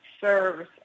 serves